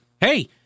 hey